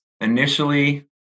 initially